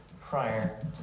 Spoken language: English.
prior